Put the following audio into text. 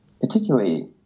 particularly